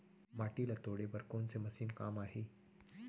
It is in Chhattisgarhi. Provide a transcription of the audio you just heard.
माटी ल तोड़े बर कोन से मशीन काम आही?